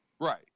Right